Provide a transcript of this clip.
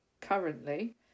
currently